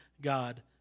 God